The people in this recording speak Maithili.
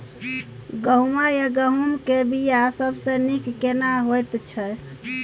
गहूम या गेहूं के बिया सबसे नीक केना होयत छै?